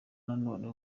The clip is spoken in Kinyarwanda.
nanone